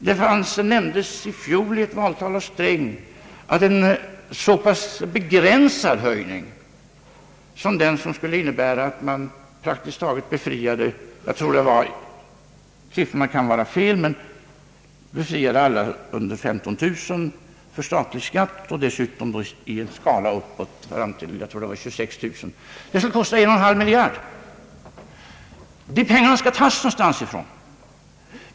I ett valtal i fjol nämnde herr Sträng att en så pass begränsad åtgärd som den att alla med mindre än 15 000 kronor i inkomst — jag kan minnas fel beträffande siffrorna — befriades från statlig skatt, i en skala uppåt till 26 000 kronor, skulle kosta en och en halv miljard kronor. Dessa pengar skall tagas någonstans.